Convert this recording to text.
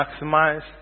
maximize